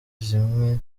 zimwe